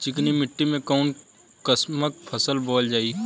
चिकनी मिट्टी में कऊन कसमक फसल बोवल जाई?